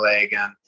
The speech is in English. again